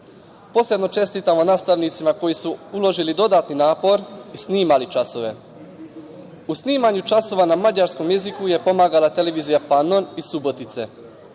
Posebno čestitamo nastavnicima koji su uložili dodatni napor i snimali časove. U snimanju časova na mađarskom jeziku je pomagala Televizija „Panon“ iz Subotice.